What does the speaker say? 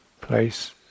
place